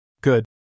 Good